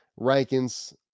rankings